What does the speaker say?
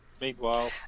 Meanwhile